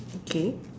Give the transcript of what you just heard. okay